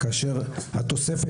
כלומר,